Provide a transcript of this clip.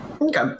Okay